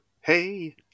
Hey